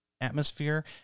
atmosphere